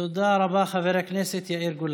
תודה רבה, חבר הכנסת יאיר גולן.